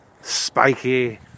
spiky